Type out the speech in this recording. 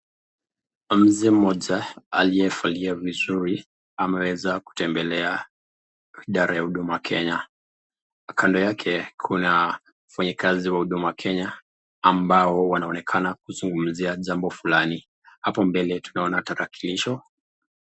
Mzee mmoja aliyevalia vizuri ameweza kutembelea idara ya Huduma Kenya. Kando yake kuna mfanyikazi wa Huduma Kenya ambao wanaonekana kuzungumzia jambo fulani. Hapo mbele tunaoana tarakilishi.